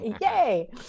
yay